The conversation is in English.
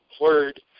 word